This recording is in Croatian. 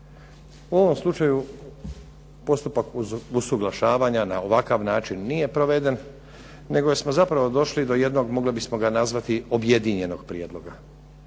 U ovom slučaju postupak usuglašavanja na ovakav način nije proveden, nego smo zapravo došli do jednog mogli bismo ga nazvati objedinjenog prijedloga,